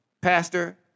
Pastor